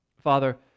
Father